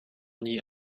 nie